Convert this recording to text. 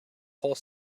whole